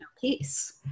peace